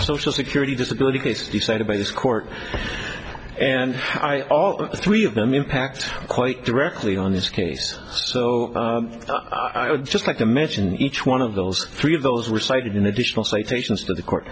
social security disability case decided by this court and all three of them impact quite directly on this case so i would just like to mention each one of those three of those were cited in additional stations to the court